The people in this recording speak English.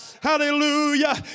Hallelujah